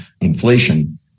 inflation